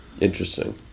Interesting